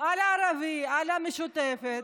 על הערבים, על המשותפת.